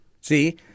See